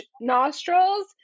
nostrils